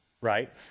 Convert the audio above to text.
right